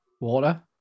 Water